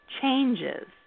changes